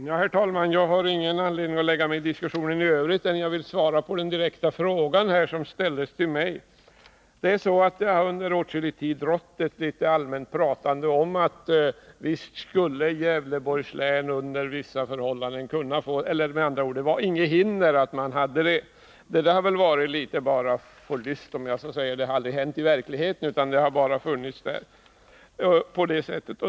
Herr talman! Jag har ingen anledning att lägga mig i diskussionen, men vill svara på den direkta fråga som ställdes till mig. Under lång tid har det allmänt talats om att det under vissa förhållanden inte föreligger några hinder för fonden att verka inom Gävleborgs län. Men det där har inte haft någon riktig förankring i verkligheten.